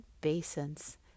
basins